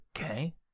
Okay